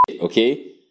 Okay